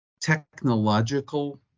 technological